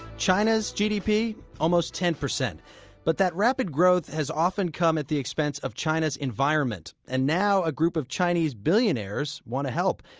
china's gdp? almost ten percent but that rapid growth has often come at the expense of china's environment. environment. and now, a group of chinese billionaires want to help.